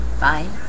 Bye